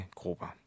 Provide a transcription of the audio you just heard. grupper